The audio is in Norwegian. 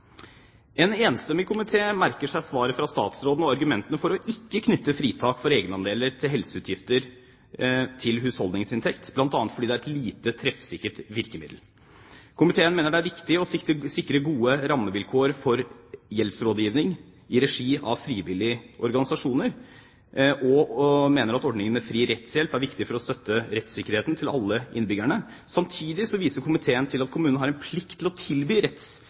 En enstemmig komité merker seg svaret fra statsråden og argumentene for ikke å knytte fritak for egenandeler til helseutgifter til husholdningsinntekt, bl.a. fordi det er et lite treffsikkert virkemiddel. Komiteen mener det er viktig å sikre gode rammevilkår for gjeldsrådgivning i regi av frivillige organisasjoner, og at ordningen med fri rettshjelp er viktig for å støtte rettssikkerheten til alle innbyggerne. Samtidig viser komiteen til at kommunen har en plikt til å tilby